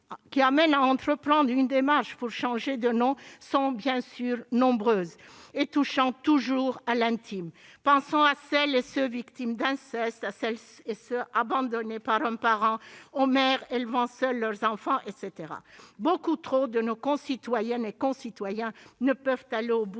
qui amènent à entreprendre une démarche pour changer de nom sont, bien sûr, nombreuses, et touchent toujours à l'intime. Pensons à celles et ceux qui ont été victimes d'inceste, à celles et ceux qui ont été abandonnés par un parent, aux mères élevant seules leurs enfants, etc. Beaucoup trop de nos concitoyennes et concitoyens ne peuvent aller au bout